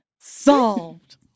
Solved